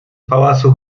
pałacu